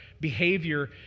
behavior